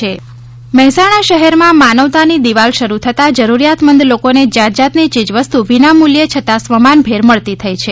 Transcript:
મહેસાણા માનવતાની દિવાલ મહેસાણા શહેરમાં માનવતાની દિવાલ શરૂ થતાં જરૂરિયાતમંદ લોકોને જાતજાતની ચીજવસ્ત વિનામૂલ્યે છતાં સ્વમાનભેર મળતી થઇ છે